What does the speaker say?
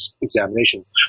examinations